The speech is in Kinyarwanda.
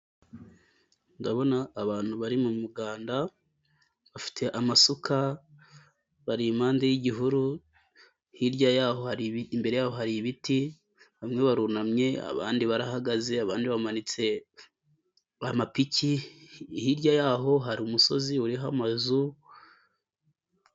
Ndabona abantu bari mu muganda, bafite amasuka, bari impande y'igihuru, hirya yaho imbere yabo hari ibiti, bamwe barunamye abandi barahagaze, abandi bamanitse amapiki , hirya yaho hari umusozi uriho amazu.